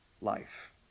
life